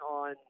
on